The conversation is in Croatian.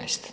19